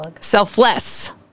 selfless